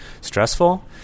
stressful